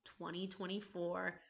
2024